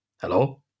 Hello